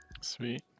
Sweet